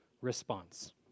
response